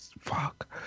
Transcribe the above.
fuck